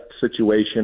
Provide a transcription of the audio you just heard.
situation